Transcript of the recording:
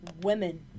Women